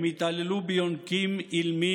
הם התעללו ביונקים אילמים,